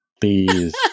Please